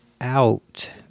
out